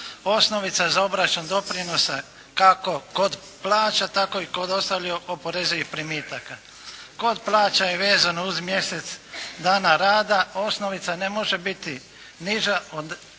osnovica za obračun doprinosa kako kod plaća tako i kod ostalih oporezivih primitaka. Kod plaća je vezano uz mjesec dana rada. Osnovica ne može biti niža od